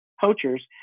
poachers